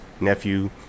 nephew